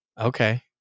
okay